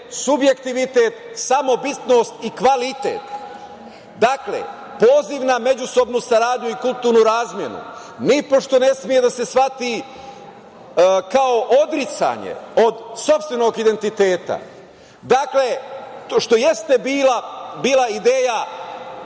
subjektivitet, samobitnost i kvalitet. Dakle, poziva na međusobnu saradnju i kulturnu razmenu nipošto ne sme da se shvati kao odricanje od sopstvenog identiteta što jeste bila ideja,